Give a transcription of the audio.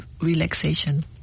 relaxation